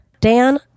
Dan